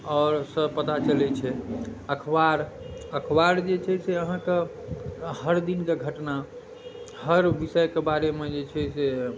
ओरसँ पता चलै छै अखबार अखबार जे छै से अहाँके हर दिनके घटना हर विषयके बारेमे जे छै से